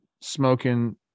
smoking